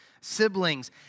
siblings